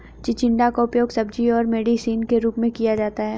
चिचिण्डा का उपयोग सब्जी और मेडिसिन के रूप में किया जाता है